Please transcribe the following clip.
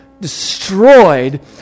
destroyed